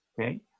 okay